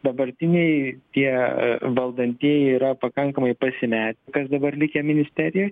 dabartiniai tie a valdantieji yra pakankamai pasimetę kas dabar likę ministerijoj